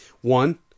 One